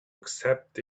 accept